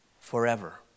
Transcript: forever